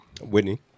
Whitney